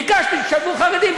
ביקשתי: תשלבו חרדים,